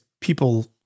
people